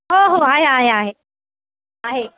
हो हो आहे आहे आहे आहे